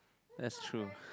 that's true